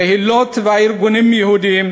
קהילות וארגונים יהודיים,